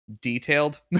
detailed